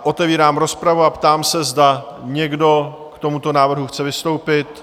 Otevírám rozpravu a ptám se, zda někdo k tomuto návrhu chce vystoupit?